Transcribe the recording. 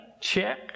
check